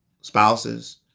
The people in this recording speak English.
spouses